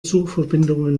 zugverbindungen